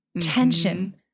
tension